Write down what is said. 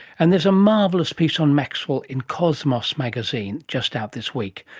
and there's a marvellous piece on maxwell in cosmos magazine just out this week,